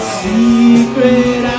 secret